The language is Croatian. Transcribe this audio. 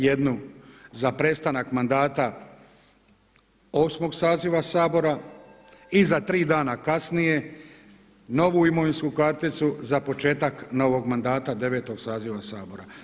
Jednu za prestanak mandata 8. saziva Sabora i za tri dana kasnije novu imovinsku karticu za početak novog mandata 9. saziva Sabora.